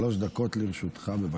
שלוש דקות לרשותך, בבקשה.